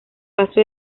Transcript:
paso